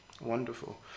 Wonderful